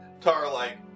tar-like